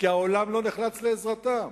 כי העולם לא נחלץ לעזרתם,